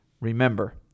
remember